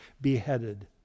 beheaded